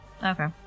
Okay